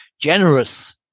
generous